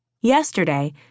Yesterday